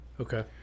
Okay